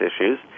issues